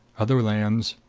other lands,